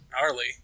Gnarly